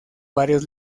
varios